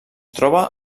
troba